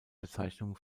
bezeichnung